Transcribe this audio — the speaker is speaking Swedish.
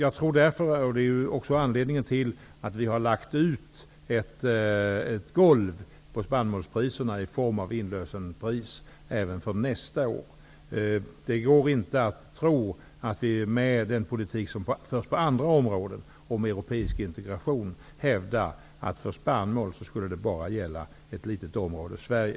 Detta är också anledningen till att vi fastställt ett golv för spannmålspriserna i form av inlösenpris även för nästa år. Man kan inte med hänsyn till den politik som förs på andra områden om europeisk integration hävda att det för spannmål bara skall gälla ett litet område Sverige.